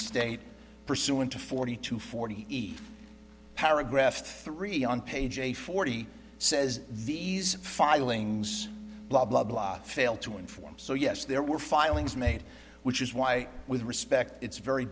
state pursuant to forty two forty eight paragraph three on page a forty says these filings blah blah blah failed to inform so yes there were filings made which is why with respect it's very